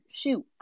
Shoot